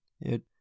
It